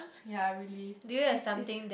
ya really it's it's